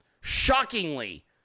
shockingly